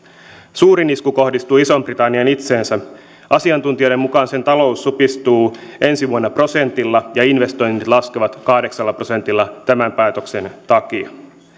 suurin isku kohdistuu isoon britanniaan itseensä asiantuntijoiden mukaan sen talous supistuu ensi vuonna prosentilla ja investoinnit laskevat kahdeksalla prosentilla tämän päätöksen takia